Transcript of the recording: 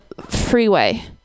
freeway